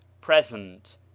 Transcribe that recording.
present